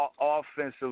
offensive